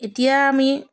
এতিয়া আমি